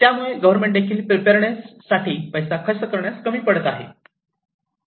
त्यामुळे गव्हर्न्मेंट देखील प्रीपेडनेस साठी पैसा खर्च करण्यास कमी पडत आहे